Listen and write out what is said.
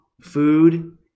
food